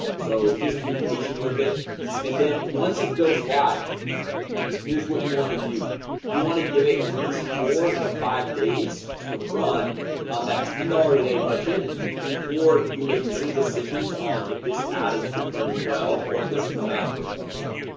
so just be patient with it and then once it goes live here's what you want to do you want to give it at least four to five days to run on that ten dollars today budget before? you make any decisions on if this ad is performing well, or if it's not performing well,